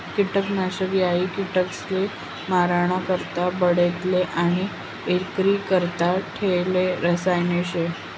किटकनाशक हायी किटकसले माराणा करता बनाडेल आणि इक्रीकरता ठेयेल रसायन शे